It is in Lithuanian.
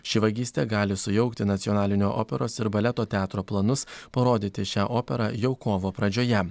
ši vagystė gali sujaukti nacionalinio operos ir baleto teatro planus parodyti šią operą jau kovo pradžioje